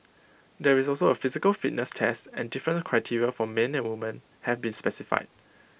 there is also A physical fitness test and different criteria for men and women have been specified